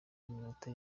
y’iminota